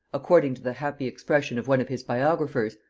according to the happy expression of one of his biographers,